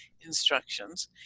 instructions